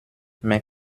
mais